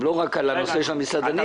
לא רק על הנושא של המסעדנים.